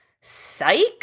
Psych